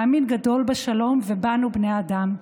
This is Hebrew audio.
מאמין גדול בשלום ובנו בני האדם,